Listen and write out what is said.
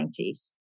1990s